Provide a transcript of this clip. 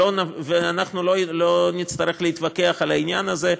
ואנחנו לא נצטרך להתווכח על העניין הזה,